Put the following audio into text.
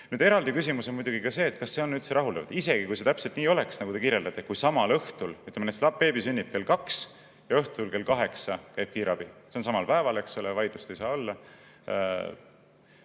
Nüüd, eraldi küsimus on muidugi ka see, kas see on üldse rahuldav. Isegi kui see täpselt nii oleks, nagu te kirjeldasite, et samal õhtul. Ütleme, beebi sünnib kell kaks ja õhtul kell kaheksa käib kiirabi, see on samal päeval, eks ole, vaidlust ei saa olla.